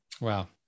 Wow